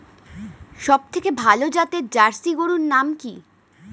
সবথেকে ভালো জাতের জার্সি গরুর নাম কি?